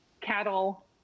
cattle